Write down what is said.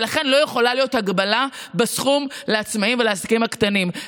ולכן לא יכולה להיות הגבלה בסכום לעצמאים ולעסקים הקטנים.